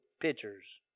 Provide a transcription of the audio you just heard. pitchers